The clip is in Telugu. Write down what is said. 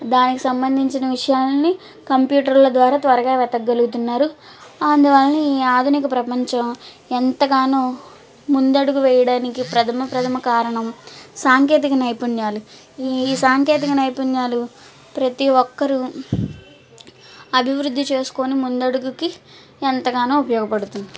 దానికి సంబంధించిన విషయాలని కంప్యూటర్ల ద్వారా త్వరగా వెతకగలుగుతున్నారు అందుకని ఆధునిక ప్రపంచం ఎంతగానో ముందడుగు వేయడానికి ప్రథమ ప్రథమ కారణం సాంకేతిక నైపుణ్యాలు ఈ సాంకేతిక నైపుణ్యాలు ప్రతి ఒక్కరు అభివృద్ధి చేసుకొని ముందడుగుకి ఎంతగానో ఉపయోగపడుతుంది